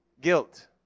Guilt